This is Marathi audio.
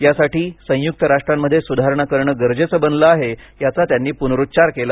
यासाठी संयुक्त राष्ट्रांमध्ये सुधारणा करणे गरजेचं बनलं आहे याचा त्यांनी पूनरुच्चार केला